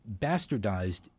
bastardized